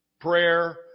prayer